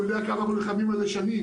הוא יודע כמה אנחנו נלחמים על זה שנים